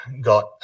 got